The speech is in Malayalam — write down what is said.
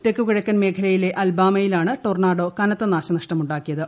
തെക്കുകിഴക്കൻ മേഖലയിലെ അൽബാമയിലാണ് ടൊർണാഡോ കനത്ത നഷ്ടമുണ്ടാക്കിയത്